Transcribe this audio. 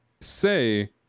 say